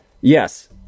Yes